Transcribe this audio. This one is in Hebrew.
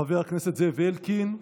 חבר הכנסת זאב אלקין,